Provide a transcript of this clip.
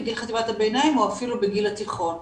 בגיל חטיבת הביניים או אפילו בגיל התיכון,